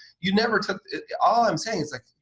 you never took the all i'm saying is like,